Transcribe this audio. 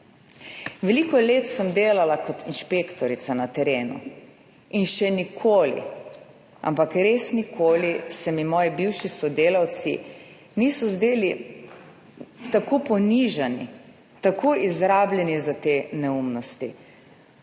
Veliko let sem delala kot inšpektorica na terenu in še nikoli, ampak res nikoli se mi moji bivši sodelavci niso zdeli tako ponižani, tako izrabljeni za te neumnosti.